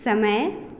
समय